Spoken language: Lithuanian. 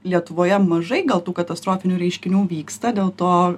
lietuvoje mažai gal tų katastrofinių reiškinių vyksta dėl to